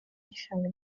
gishanga